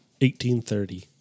1830